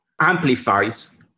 amplifies